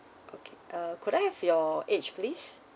okay uh could I have your age please